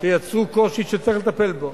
שיצרו קושי שצריך לטפל בו.